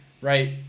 right